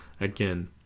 again